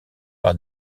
par